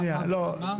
שנייה, לא.